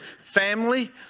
family